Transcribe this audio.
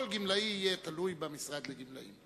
כל גמלאי יהיה תלוי במשרד לגמלאים.